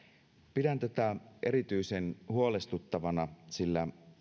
pidän tätä erityisen huolestuttavana sillä